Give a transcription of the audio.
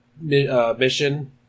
mission